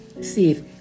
See